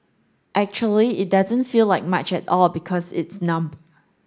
actually it doesn't feel like much at all because it's numb